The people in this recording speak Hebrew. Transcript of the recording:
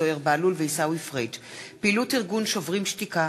זוהיר בהלול ועיסאווי פריג'; פעילות ארגון "שוברים שתיקה"